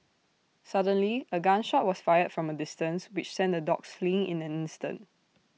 suddenly A gun shot was fired from A distance which sent the dogs fleeing in an instant